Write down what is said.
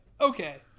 okay